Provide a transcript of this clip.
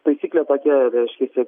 taisyklė tokia reiškiasi